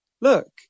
look